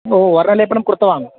ओ वर्णलेपनंं कृत्वा वा